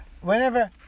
whenever